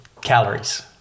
calories